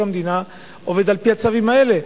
עובד על-פי הצווים האלה.